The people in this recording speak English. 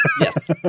Yes